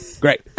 Great